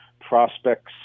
prospects